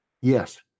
yes